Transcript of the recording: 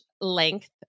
length